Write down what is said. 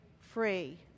free